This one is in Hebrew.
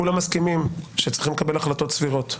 כולם מסכימים שצריכים לקבל החלטות סבירות.